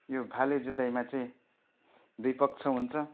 यो भाले जुधाइमा चाहिँ दुई पक्ष हुन्छ